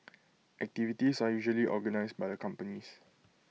activities are usually organised by the companies